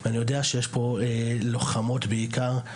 ואני יודע שיש פה לוחמות בעיקר,